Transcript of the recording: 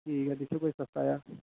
ठीक ऐ दिक्खो कोई सस्ता जेहा